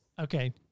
Okay